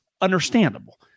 understandable